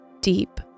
deep